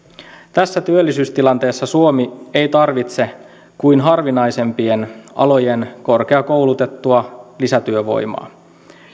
tässä työllisyystilanteessa suomi ei tarvitse kuin harvinaisempien alojen korkeakoulutettua lisätyövoimaa